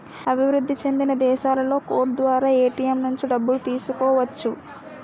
అభివృద్ధి చెందిన దేశాలలో కోడ్ ద్వారా ఏటీఎం నుంచి డబ్బులు తీసుకోవచ్చు